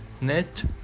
Next